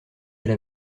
elle